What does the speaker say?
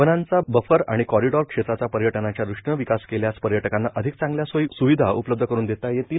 वनांच्या buffer आणि corridor क्षेत्राचा पर्यटनाच्यादृष्टीनं विकास केल्यास पर्यटकांना अधिक चांगल्या सोयी सुविधा उपलब्ध करून देता येतील